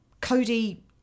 Cody